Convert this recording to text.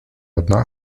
одна